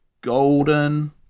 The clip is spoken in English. golden